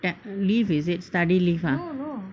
like on leave is it study leave ah